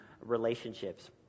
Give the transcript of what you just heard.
relationships